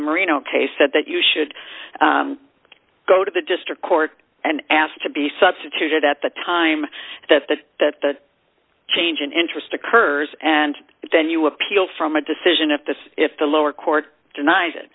the marine ok said that you should go to the district court and ask to be substituted at the time that the that the change in interest occurs and then you appeal from a decision if this if the lower court denies it